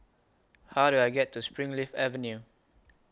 How Do I get to Springleaf Avenue